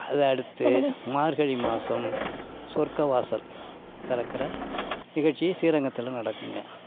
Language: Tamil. அதை அடுத்து மார்கழி மாதம் சொர்க்கவாசல் திறக்குற நிகழ்ச்சி ஸ்ரீரங்கத்தில் நடக்குங்க